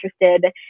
interested